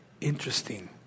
Interesting